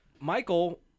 Michael